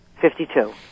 Fifty-two